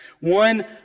One